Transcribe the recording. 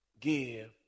Give